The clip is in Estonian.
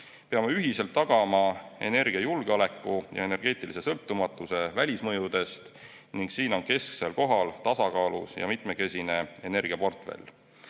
Peame ühiselt tagama energiajulgeoleku ja energeetika sõltumatuse välismõjudest. Siin on kesksel kohal tasakaalus ja mitmekesine energiaportfell.